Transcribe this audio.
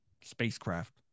spacecraft